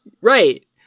right